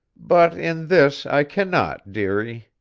but in this i cannot, dearie.